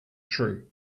true